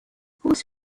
horse